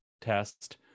test